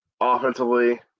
Offensively